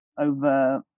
over